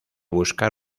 buscar